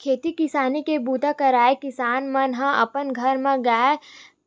खेती किसानी के बूता करइया किसान मन ह अपन घर म गाय,